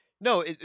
No